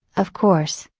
of course,